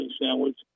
sandwich